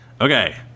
Okay